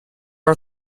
are